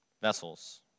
vessels